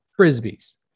frisbees